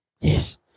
Yes